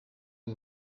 w’u